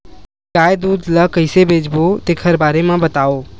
गाय दूध ल कइसे बेचबो तेखर बारे में बताओ?